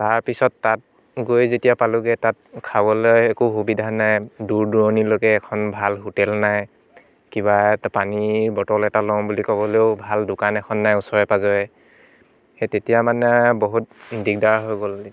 তাৰ পিছত তাত গৈ যেতিয়া পালোঁগৈ তাত খাবলৈ একো সুবিধা নাই দূৰ দূৰণিলৈকে এখন ভাল হোটেল নাই কিবা এটা পানীৰ বটল এটা ল'ম বুলি ক'বলৈও ভাল দোকান এখন নাই ওচৰে পাজৰে সেই তেতিয়া মানে বহুত দিকদাৰ হৈ গ'ল